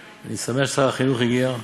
אני שמח ששר החינוך הגיע.